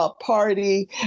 party